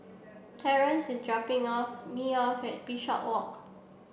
Torrence is dropping off me off at Bishopswalk